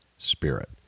Spirit